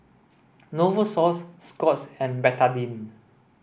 Novosource Scott's and Betadine